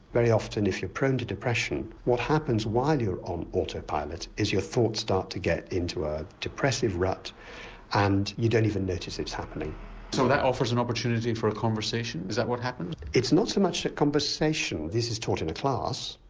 very often if you're prone to depression what happens while you're on auto pilot is your thoughts start to get into a depressive rut and you don't even notice it's happening. so that offers an opportunity for a conversation, is that what happens? it's not so much a conversation, this is taught in a class,